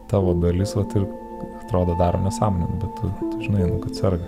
tavo dalis vat ir atrodo daro nesąmonę nu bet tu tu žinai nu kad serga